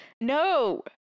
No